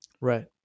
Right